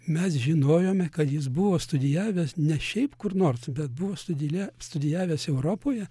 mes žinojome kad jis buvo studijavęs ne šiaip kur nors bet buvo studile studijavęs europoje